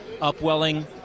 upwelling